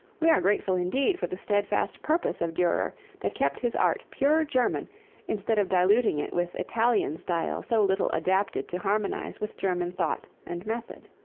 we are grateful indeed for the steadfast purpose of durer that kept his art pure german instead of diluting it with italian style so little adapted to harmonize with german thought and method.